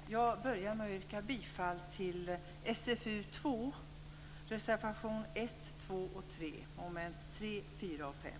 Fru talman! Jag börjar med att yrka bifall till reservation 1, 2 och 3 under momenten 3, 4 och 5